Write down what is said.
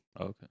Okay